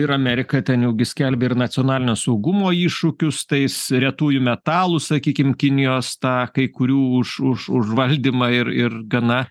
ir amerika ten jau gi skelbė ir nacionalinio saugumo iššūkius tais retųjų metalų sakykim kinijos tą kai kurių už už užvaldymą ir ir gana